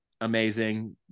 Amazing